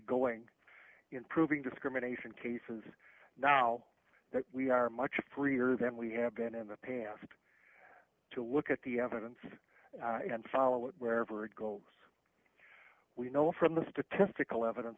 going in proving discrimination cases now that we are much freer than we have been in the past to look at the evidence and follow it wherever it goes we know from the statistical evidence